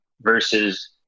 versus